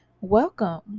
Welcome